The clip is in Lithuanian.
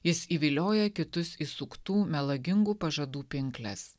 jis įvilioja kitus į suktų melagingų pažadų pinkles